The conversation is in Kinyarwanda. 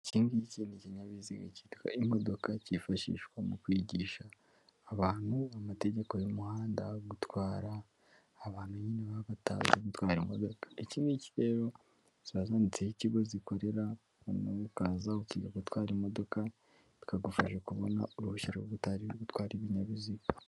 Iki ngiki kinyabiziga cyitwa imodoka cyifashishwa mu kwigisha abantu amategeko y'umuhanda gutwara abantu nyine babatanze gutwa iki n'iki rero zazanitseho ikigo zikorera hano ukaza utin gutwara imodoka bikagufasha kubona uruhushya rwoubutari rwo gutwara ibinyabiziga.